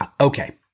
Okay